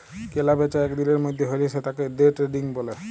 কেলা বেচা এক দিলের মধ্যে হ্যলে সেতাকে দে ট্রেডিং ব্যলে